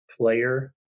player